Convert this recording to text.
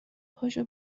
پاشو